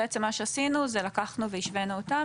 ובעצם מה שעשינו זה לקחנו והשוונו אותם